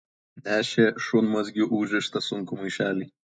nešė šunmazgiu užrištą sunkų maišelį